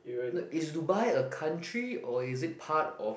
no is Dubai a country or is it part of